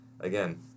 Again